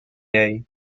day